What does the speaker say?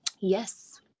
Yes